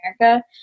America